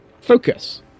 Focus